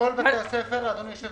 בכל בתי הספר, אדוני היושב-ראש?